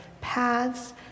paths